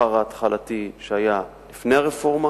מהשכר ההתחלתי שהיה לפני הרפורמה,